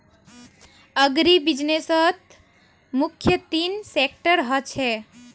अग्रीबिज़नेसत मुख्य तीन सेक्टर ह छे